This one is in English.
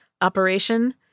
Operation